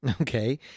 Okay